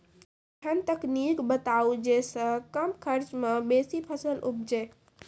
ऐहन तकनीक बताऊ जै सऽ कम खर्च मे बेसी फसल उपजे?